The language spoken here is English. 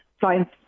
science